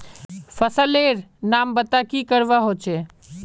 फसल लेर नाम बता की करवा होचे?